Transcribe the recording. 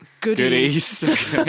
goodies